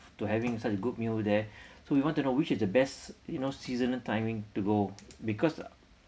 to having such a good meal there so we want to know which is the best you know seasonal timing to go because uh